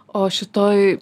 o šitoj